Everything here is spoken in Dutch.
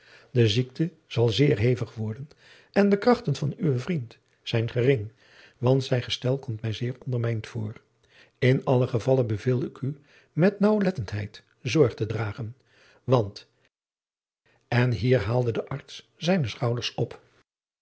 de ziekte zal zeer hevig worden en de krachten van uwen vriend zijn gering want zijn gestel komt mij zeer ondermijnd voor in allen gevalle beveel ik u met naauwlettendheid zorg te dragen want en hier haalde de arts zijne schouders op